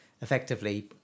effectively